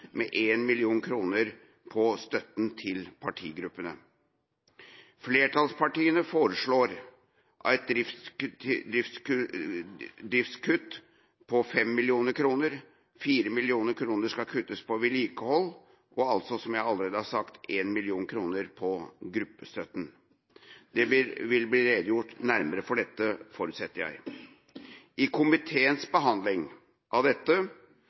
med 1 mill. kr i støtten til partigruppene. Flertallspartiene foreslår et driftskutt på 5 mill. kr, at 4 mill. kr skal kuttes på vedlikehold, og – som jeg allerede har sagt – 1 mill. kr kutt i gruppestøtten. Det vil bli redegjort nærmere for dette, forutsetter jeg. I komiteens behandling av dette